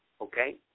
okay